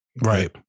Right